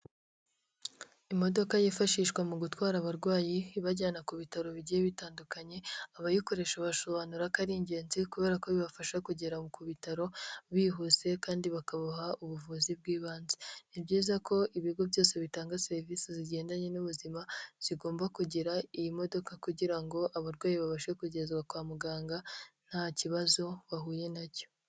Imodoka yifashishwa mu gutwara abarwayi, ibajyana ku bitaro bigiye bitandukanye, abayikoresha basobanura ko ari ingenzi kubera ko bibafasha kugera ku bitaro bihuse kandi bakabaha ubuvuzi bw'ibanze. Ni byiza ko ibigo byose bitanga serivisi zigendanye n'ubuzima zigomba kugira iyi modoka kugira ngo abarwayi babashe kugezwa kwa muganga nta kibazo bahuye nacyo.